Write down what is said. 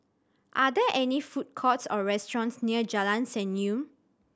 are there any food courts or restaurants near Jalan Senyum